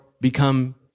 become